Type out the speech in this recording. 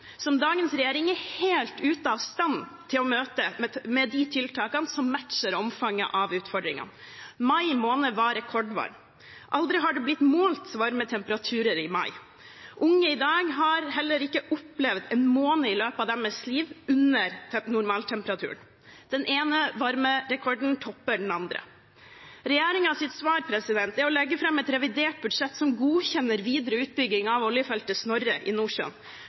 som dagens regjering er helt ute av stand til å møte med tiltak som matcher omfanget av utfordringene. Mai måned var rekordvarm. Aldri har det blitt målt så høye temperaturer i mai. Unge i dag har heller ikke opplevd en måned i løpet av sitt liv under normaltemperaturen. Den ene varmerekorden topper den andre. Regjeringens svar er å legge fram et revidert budsjett som godkjenner videre utbygging av oljefeltet Snorre i Nordsjøen.